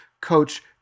coach